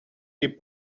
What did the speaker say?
est